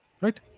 right